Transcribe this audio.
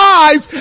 eyes